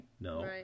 No